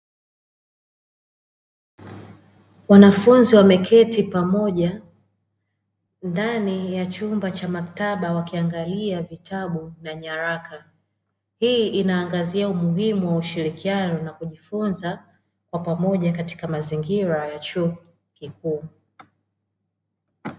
Wanafunzi wameketi pamoja ndani ya chumba cha maktaba wakiangalia vitabu na nyaraka. Hii inaangazia umuhimu wa ushirikiano na kujifunza kwa pamoja katika mazingira ya chuo kikuu.